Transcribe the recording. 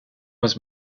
was